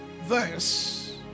verse